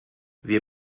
wir